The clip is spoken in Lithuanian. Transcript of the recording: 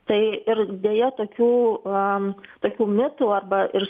tai ir deja tokių ant tokių mitų arba ir